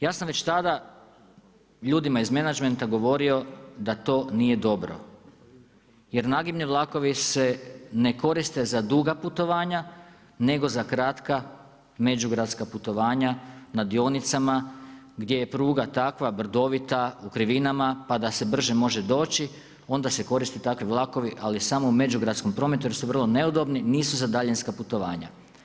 Ja sam već tada ljudima iz menadžmenta govorio da to nije dobro jer nagibni vlakovi se ne koriste za duga putovanja nego za kratka međugradska putovanja na dionicama gdje je pruga takva, brdovita, u krivinama, pa da se brže može doći, onda se koriste takvi vlakovi ali samo u međugradskom prometu jer su vrlo neudobni, nisu za daljinska putovanja.